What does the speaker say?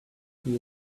his